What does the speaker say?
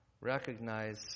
recognize